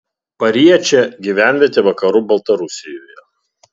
pariečė gyvenvietė vakarų baltarusijoje